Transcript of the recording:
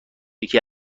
یکی